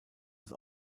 des